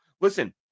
listen